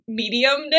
mediumness